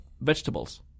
vegetables